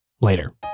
Later